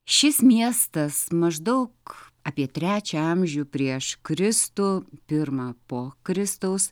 šis miestas maždaug apie trečią amžių prieš kristų pirmą po kristaus